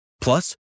Plus